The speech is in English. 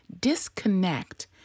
disconnect